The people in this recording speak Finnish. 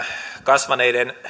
kasvaneiden